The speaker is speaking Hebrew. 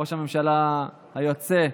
ראש הממשלה היוצא,